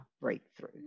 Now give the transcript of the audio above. breakthrough